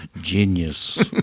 Genius